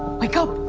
wake up!